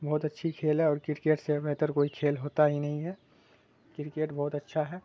بہت اچھی کھیل ہے اور کرکٹ سے بہتر کوئی کھیل ہوتا ہی نہیں ہے کرکٹ بہت اچھا ہے